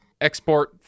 export